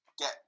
get